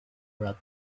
brother